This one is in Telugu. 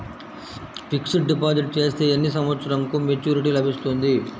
ఫిక్స్డ్ డిపాజిట్ చేస్తే ఎన్ని సంవత్సరంకు మెచూరిటీ లభిస్తుంది?